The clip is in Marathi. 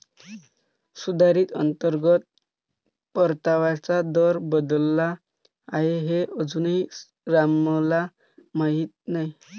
सुधारित अंतर्गत परताव्याचा दर बदलला आहे हे अजूनही रामला माहीत नाही